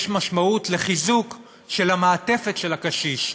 יש משמעות לחיזוק של המעטפת של הקשיש.